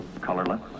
colorless